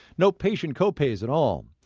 no patient co-pays at all.